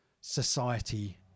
society